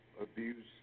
abuse